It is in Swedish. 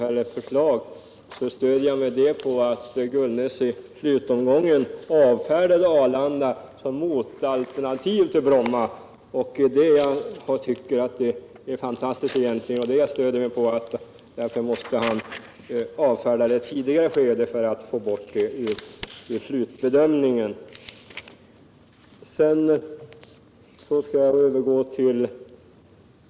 Det stöder jag på att Gullnäs i slutomgången avfärdade Arlanda som motalternativ till Bromma — och det tycker jag 137 egentligen är fantastiskt. Han måste alltså avfärda det i ett tidigare skede för att få bort det ur slutbedömningen.